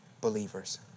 believers